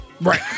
right